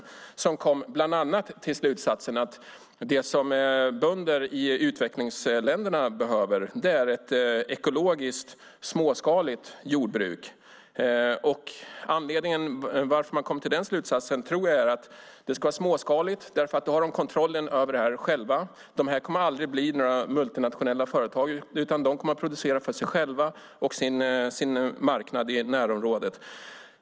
Där drar man bland annat slutsatsen att det som bönder i utvecklingsländerna behöver är ett ekologiskt, småskaligt jordbruk. Anledningen till att man drog denna slutsats tror jag är att det ska vara småskaligt eftersom bönderna då har kontrollen själva. Detta kommer aldrig att bli några multinationella företag, utan de kommer att producera för sig själva och för sin marknad i närområdet.